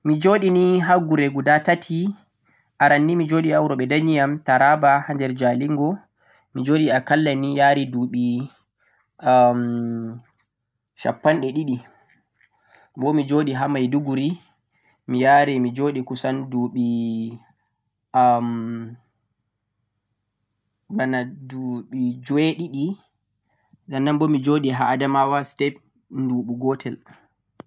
Mi joɗe nii har guree tati, arannii mi joɗe ha wuro ɓe danye'am Taraba ha nder Jalingo mijoɗe akallanii yaran duɓi shappanɗe ɗiɗi, sai Maiduguri yari duɓi jweeɗiɗi sannanbo mi joɗe ha Adamawa je nɗuɓu gotel.